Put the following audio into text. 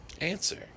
Answer